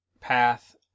path